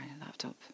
laptop